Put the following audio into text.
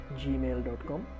gmail.com